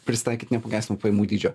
prisitaikyt neapmokestinamo pajamų dydžio